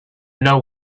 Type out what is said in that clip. know